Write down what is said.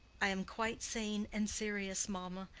i am quite sane and serious, mamma,